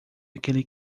aquele